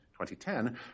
2010